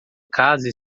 casa